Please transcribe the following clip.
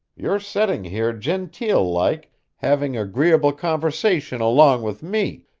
you're setting here genteel-like having agreeable conversation along with me,